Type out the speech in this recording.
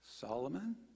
Solomon